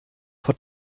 vor